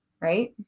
right